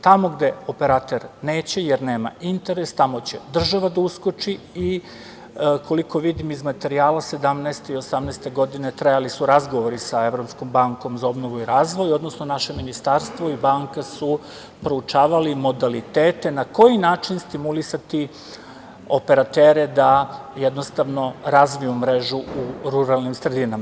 Tamo gde operater neće jer nema interes, tamo će država da uskoči i koliko vidim iz materijala 2017. i 2018. godine trajali su razgovori sa Evropskom bankom za obnovu i razvoj, odnosno naše ministarstvo i banka su proučavali modaliteta na koji način stimulisati operatere da jednostavno razviju mrežu u ruralnim sredinama.